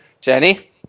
Jenny